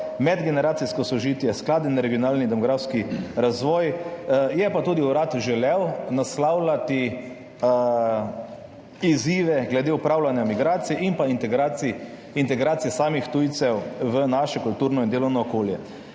medgeneracijsko sožitje, skladen regionalni demografski razvoj. Je pa urad želel naslavljati tudi izzive glede upravljanja migracij in pa integracije samih tujcev v naše kulturno in delovno okolje.